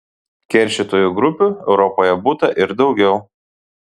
keršytojų grupių europoje būta ir daugiau